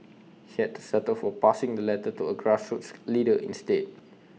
he had to settle for passing the letter to A grassroots leader instead